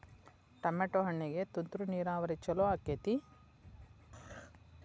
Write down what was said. Tomato ಹಣ್ಣಿಗೆ ತುಂತುರು ನೇರಾವರಿ ಛಲೋ ಆಕ್ಕೆತಿ?